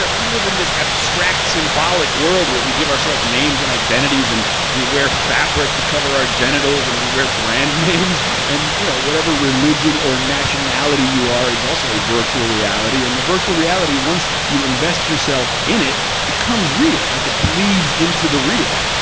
we live in this abstract, symbolic world where we give ourselves names and identities, and we wear fabric to cover our genitals, and we wear brand names. and you know whatever religion or nationality you are is also virtual reality, and the virtual reality, once you invest yourself in it, becomes real. like it bleeds into the real,